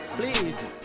Please